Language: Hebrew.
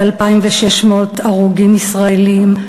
כ-2,600 הרוגים ישראלים,